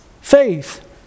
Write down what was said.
faith